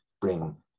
bring